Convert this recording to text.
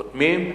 חותמים,